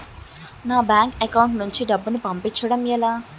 నా bank account నుంచి డబ్బును పంపించడం ఎలా?